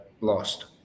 lost